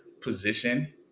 position